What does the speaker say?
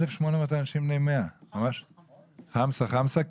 1,800 אנשים בני 100. חמסה חמסה.